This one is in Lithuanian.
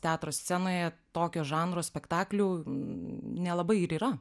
teatro scenoje tokio žanro spektaklių nelabai ir yra